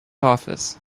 office